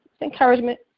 encouragement